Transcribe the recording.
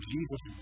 Jesus